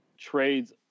trades